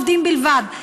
עשרה עובדים בלבד.